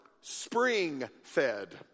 spring-fed